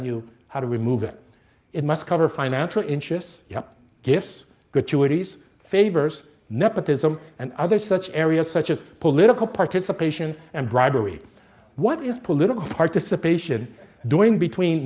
you how do we move it must cover financial interests gifts gratuities favors nepotism and other such areas such as political participation and bribery what is political participation doing between